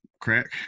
crack